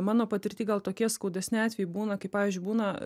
mano patirty gal tokie skaudesni atvejai būna kai pavyzdžiui būna